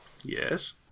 Yes